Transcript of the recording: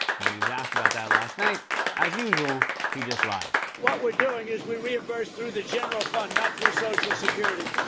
and when he was asked about that last night, as usual, he just lied. what we're doing is we reimburse through general fund, not through social security.